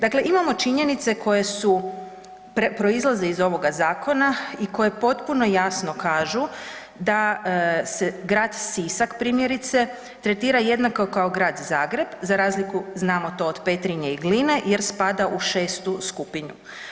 Dakle, imamo činjenice koje su, proizlaze iz ovoga zakona i koje potpuno jasno kažu da se grad Sisak primjerice tretira jednako kao Grad Zagreb za razliku znamo to od Petrinje i Gline jer spada u 6. skupinu.